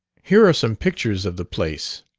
here are some pictures of the place.